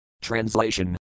Translation